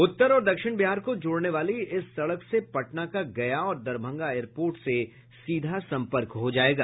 उत्तर और दक्षिण बिहार को जोड़ने वाली इस सड़क से पटना का गया और दरभंगा एयरपोर्ट से सीधा संपर्क हो जायेगा